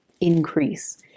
increase